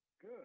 Good